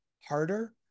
harder